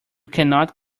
cannot